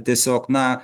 tiesiog na